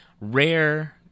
Rare